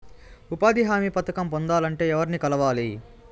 ఉపాధి హామీ పథకం పొందాలంటే ఎవర్ని కలవాలి?